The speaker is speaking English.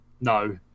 no